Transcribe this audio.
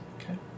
Okay